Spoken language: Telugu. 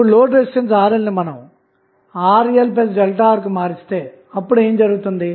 ఇప్పుడు లోడ్ రెసిస్టెన్స్ ను RL నుండిRLΔR కు మారిస్తే అప్పుడు ఏమి జరుగుతుంది